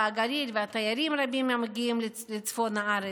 הגליל והתיירים הרבים המגיעים לצפון הארץ.